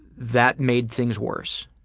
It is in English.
that made things worse